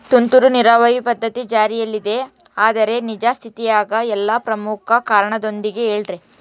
ತುಂತುರು ನೇರಾವರಿ ಪದ್ಧತಿ ಜಾರಿಯಲ್ಲಿದೆ ಆದರೆ ನಿಜ ಸ್ಥಿತಿಯಾಗ ಇಲ್ಲ ಪ್ರಮುಖ ಕಾರಣದೊಂದಿಗೆ ಹೇಳ್ರಿ?